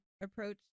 approach